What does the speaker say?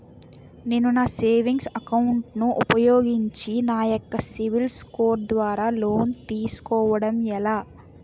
నేను నా savings account ను ఉపయోగించి నా యెక్క సిబిల్ స్కోర్ ద్వారా లోన్తీ సుకోవడం ఎలా?